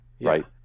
Right